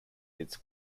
its